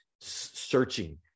searching